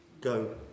go